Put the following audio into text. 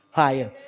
higher